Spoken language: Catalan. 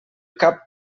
cap